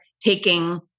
taking